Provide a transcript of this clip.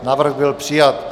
Návrh byl přijat.